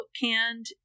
canned